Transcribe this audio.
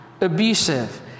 abusive